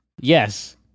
Yes